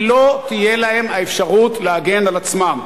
כי לא תהיה להם האפשרות להגן על עצמם.